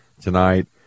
Tonight